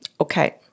okay